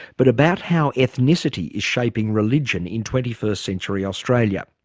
but about how ethnicity is shaping religion in twenty first century australia.